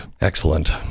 Excellent